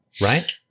Right